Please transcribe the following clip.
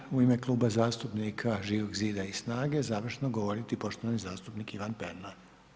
Sada će u ime kluba zastupnika Živog zida i Snage završno govoriti poštovani zastupnik Ivan Pernar.